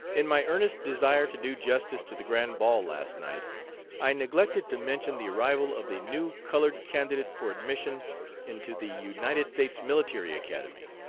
in my earnest desire to do justice to the grand ball last night i neglected to mention the arrival of the new colored candidate for admission into the united states, military academy,